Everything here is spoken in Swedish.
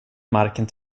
marken